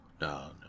no